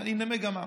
ואני אנמק למה.